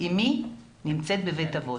אמי נמצאת בבית אבות